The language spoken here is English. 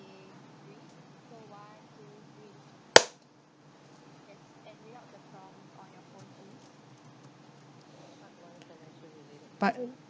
part